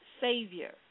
Savior